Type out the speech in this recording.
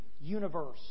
universe